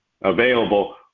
available